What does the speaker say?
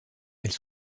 elles